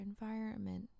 environment